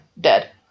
dead